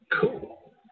Cool